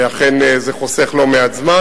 ואכן, זה חוסך לא מעט זמן.